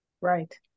Right